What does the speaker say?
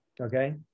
okay